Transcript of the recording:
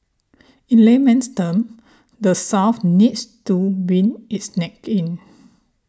in layman's term the South needs to wind its neck in